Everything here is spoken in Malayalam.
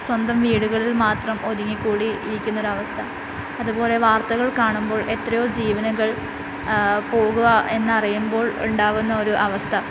സ്വന്തം വീടുകളിൽ മാത്രം ഒതുങ്ങിക്കൂടി ഇരിക്കുന്നൊരു അവസ്ഥ അതുപോലെ വാർത്തകൾ കാണുമ്പോൾ എത്രയോ ജീവനുകൾ പോവുകയാണ് എന്നറിയുമ്പോൾ ഉണ്ടാവുന്ന ഒരു അവസ്ഥ